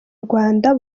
rwanda